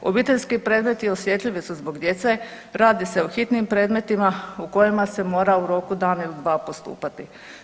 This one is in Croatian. Obiteljski predmeti osjetljivi su zbog djece, radi se o hitnim predmetima u kojima se mora u roku dan ili dva postupati.